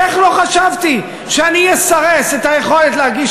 איך לא חשבתי שאני אסרס את היכולת להגיש